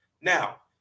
Now